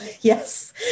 yes